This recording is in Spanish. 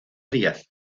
díaz